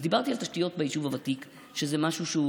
דיברתי על תשתיות ביישוב ותיק, שזה משהו שהוא